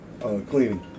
Cleaning